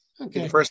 Okay